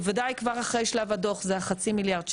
בוודאי כבר אחרי שלב הדו"ח זה חצי מיליארד שקלים,